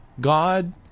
God